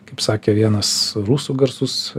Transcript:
kaip sakė vienas rusų garsus